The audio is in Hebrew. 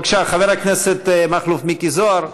בבקשה, חבר הכנסת מכלוף מיקי זוהר,